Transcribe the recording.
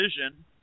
vision